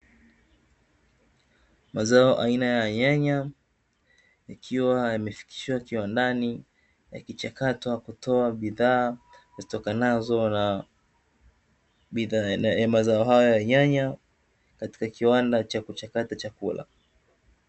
Mazao aina ya nyanya yakiwa yamefikishwa kiwandani, yakichakatwa kutoa bidhaa zitokanazo na mazao hayo ya nyanya katika kiwanda cha kuchakata chakula.